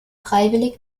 freiwillig